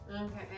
okay